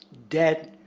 debt,